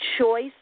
choice